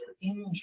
injury